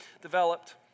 developed